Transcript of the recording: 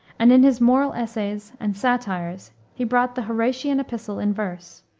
and in his moral essays and satires he brought the horatian epistle in verse,